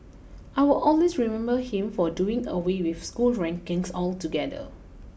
I will always remember him for doing away with school rankings altogether